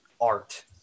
art